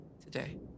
today